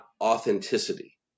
authenticity